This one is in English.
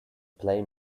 play